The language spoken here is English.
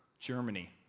Germany